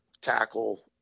tackle